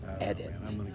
edit